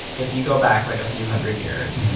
if you go back like a few hundred years,